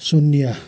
शून्य